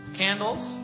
candles